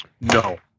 No